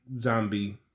Zombie